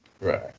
Right